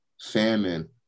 Famine